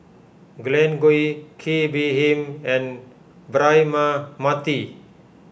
Glen Goei Kee Bee Khim and Braema Mathi